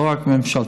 לא רק ממשלתיים.